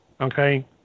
okay